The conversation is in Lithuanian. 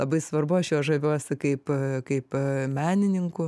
labai svarbu aš juo žaviuosi kaip kaip menininku